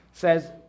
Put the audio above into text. says